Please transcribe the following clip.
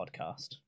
podcast